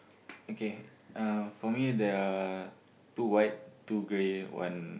okay uh for me there are two white two grey one